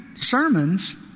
sermons